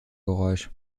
geräusch